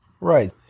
Right